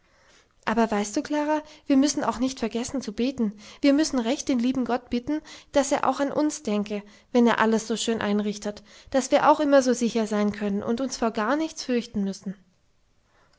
aber weißt du klara wir müssen auch nicht vergessen zu beten wir müssen recht den lieben gott bitten daß er auch an uns denke wenn er alles so schön einrichtet daß wir auch immer so sicher sein können und uns vor gar nichts fürchten müssen